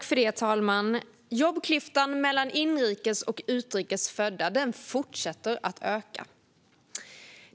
Fru talman! Jobbklyftan mellan inrikes och utrikes födda fortsätter att öka.